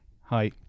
Hi